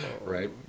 right